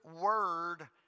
word